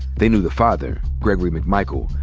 they knew the father, gregory mcmichael,